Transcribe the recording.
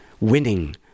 winning